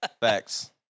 Facts